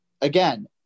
again